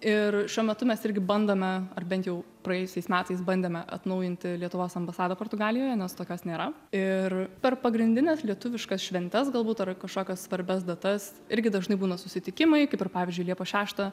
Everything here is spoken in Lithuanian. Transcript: ir šiuo metu mes irgi bandome ar bent jau praėjusiais metais bandėme atnaujinti lietuvos ambasadą portugalijoje nes tokios nėra ir per pagrindines lietuviškas šventes galbūt ar kažkokias svarbias datas irgi dažnai būna susitikimai kaip ir pavyzdžiui liepos šeštą